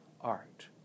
art